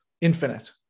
infinite